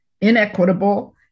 inequitable